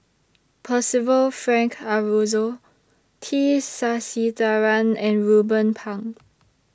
Percival Frank Aroozoo T Sasitharan and Ruben Pang